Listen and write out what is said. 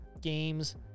games